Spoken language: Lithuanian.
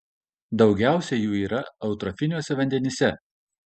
daugiausiai jų yra eutrofiniuose vandenyse